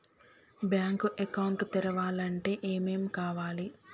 Bank account తెరవాలంటే ఏమేం కావాలి?